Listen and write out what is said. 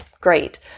Great